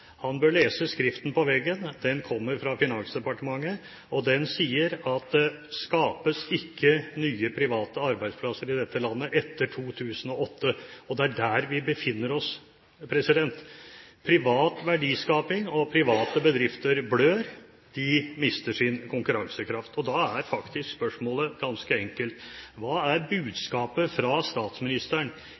Han bør lese skriften på veggen. Den kommer fra Finansdepartementet, og den sier at det ikke har vært skapt nye private arbeidsplasser i dette landet etter 2008. Det er der vi befinner oss. Privat verdiskaping og private bedrifter blør, og de mister sin konkurransekraft. Da er faktisk spørsmålet ganske enkelt: Hva er budskapet fra statsministeren